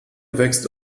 wächst